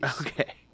Okay